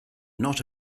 not